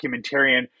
documentarian